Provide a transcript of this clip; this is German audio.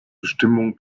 bestimmung